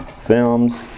films